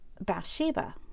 Bathsheba